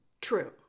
true